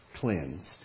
cleansed